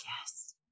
yes